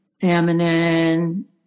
feminine